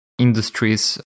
Industries